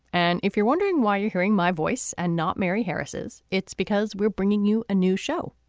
and if you're wondering why you're hearing my voice and not mary harris's. it's because we're bringing you a new show.